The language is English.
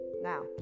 now